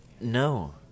No